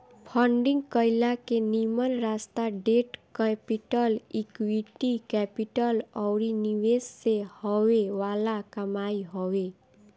funding कईला के निमन रास्ता डेट कैपिटल, इक्विटी कैपिटल अउरी निवेश से हॉवे वाला कमाई हवे